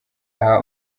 aha